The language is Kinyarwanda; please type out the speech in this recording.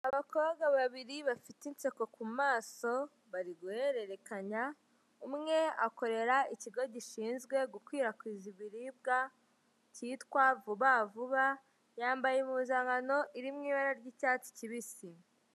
Abakobwa babiri bafite inseko ku maso bari guhererekanya, umwe akorera ikigo gishinzwe gukwirakwiza ibiribwa cyitwa vuba vuba, yambaye impuzankano iri mu ibara ry'icyatsi kibisi.